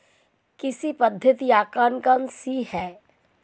कृषि पद्धतियाँ कौन कौन सी हैं?